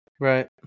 Right